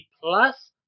plus